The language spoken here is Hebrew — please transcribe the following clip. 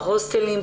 הוסטלים,